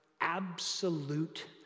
absolute